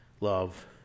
love